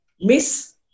miss